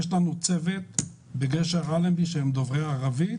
יש לנו צוות בגשר אלנבי שהם דוברי ערבית